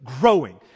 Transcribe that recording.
growing